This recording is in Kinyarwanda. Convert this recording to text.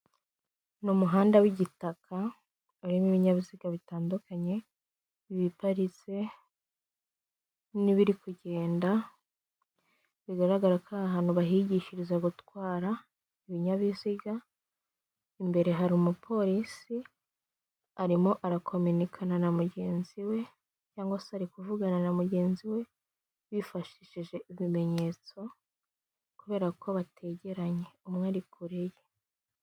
Ni umuhanda w'igitaka hari ibinyabiziga bitandukanye biparize, n'ibiri kugenda bigaragara ko ahantu bahigishiriza gutwara ibinyabiziga, imbere hari umupolisi arimo arakomekana na mugenzi we cyangwa se ari kuvugana na mugenzi we bifashishije ibimenyetso kubera ko bategeranye umwe ari kure ye.